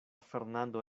fernando